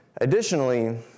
Additionally